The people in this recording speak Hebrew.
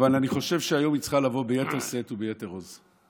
אבל אני חושב שהיום היא צריכה לבוא ביתר שאת וביתר עוז.